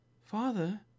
Father